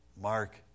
Mark